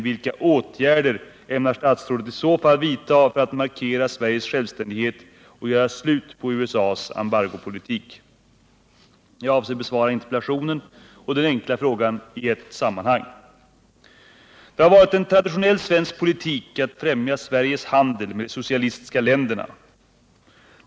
Vilka åtgärder ämnar statsrådet i så fall vidta för att markera Sveriges självständighet och göra slut på USA:s embargopolitik? Jag avser att besvara interpellationen och frågan i ett sammanhang. Det har varit en traditionell svensk politik att främja Sveriges handel med de socialistiska länderna.